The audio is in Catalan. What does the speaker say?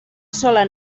sola